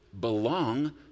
belong